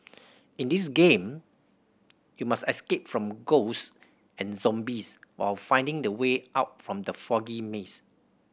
in this game you must escape from ghosts and zombies while finding the way out from the foggy maze